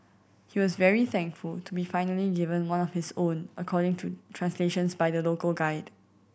he was very thankful to be finally given one of his own according to translations by the local guide